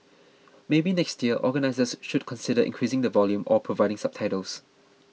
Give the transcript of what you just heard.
maybe next year organisers should consider increasing the volume or providing subtitles